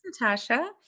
Natasha